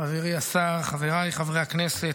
חברי השר, חבריי חברי הכנסת,